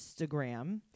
Instagram